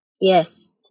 Yes